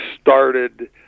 started